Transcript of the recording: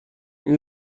این